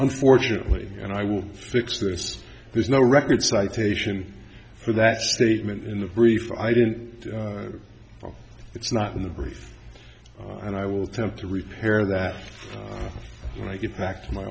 unfortunately and i will fix this there's no record citation for that statement in the brief i didn't it's not in the brief and i will temp to repair that when i get back to my